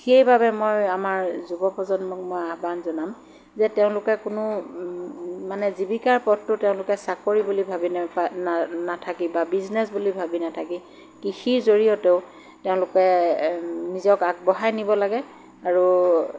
সেইবাবে মই আমাৰ যুৱ প্ৰজন্মক মই আহ্বান জনাম যে তেওঁলোকে কোনো মানে জীৱিকাৰ পথটো তেওঁলোকে চাকৰি বুলি ভাবি নাপাই না নাথাকি বা বিজনেচ বুলি ভাবি নাথাকি কৃষিৰ জৰিয়তেও তেওঁলোকে নিজক আগবঢ়াই নিব লাগে আৰু